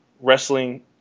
wrestling